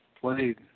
played